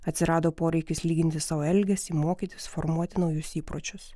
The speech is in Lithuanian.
atsirado poreikis lyginti savo elgesį mokytis formuoti naujus įpročius